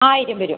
ആയിരം വരും